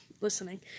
listening